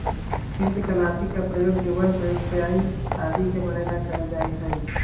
कृन्तकनाशी के प्रयोग चूहवन प्रोक्यूपाइन आदि के मारे ला कइल जा हई